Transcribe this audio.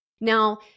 Now